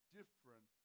different